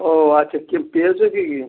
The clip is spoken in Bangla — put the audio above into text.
ও আচ্ছা কী পেয়েছো কি কি